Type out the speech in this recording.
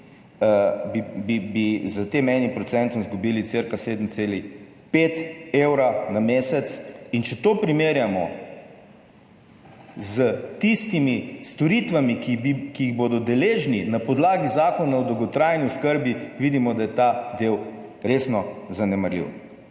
bi s tem enim procentom izgubili cirka 7,5 evra na mesec, in, če to primerjamo s tistimi storitvami, ki jih bodo deležni na podlagi Zakona o dolgotrajni oskrbi, vidimo, da je ta del resno zanemarljiv.